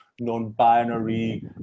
non-binary